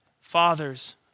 Fathers